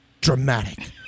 dramatic